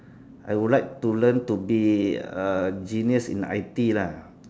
I would like to learn to be uh genius in I_T lah